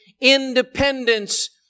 independence